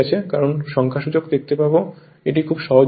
কয়েকটি সংখ্যাসূচক দেখতে পাবে এবং এটি খুব সহজ জিনিস